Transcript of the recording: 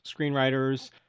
screenwriters